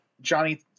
Johnny